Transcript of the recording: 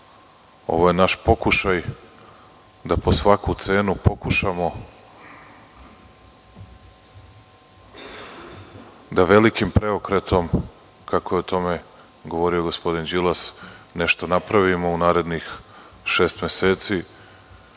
Ovo je naš pokušaj da po svaku cenu pokušamo da velikim preokretom, kako je o tome govorio gospodin Đilas, napravimo nešto u narednih šest meseci,